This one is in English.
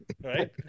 Right